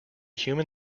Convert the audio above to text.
human